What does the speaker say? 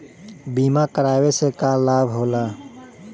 बीमा करावे से का लाभ होला?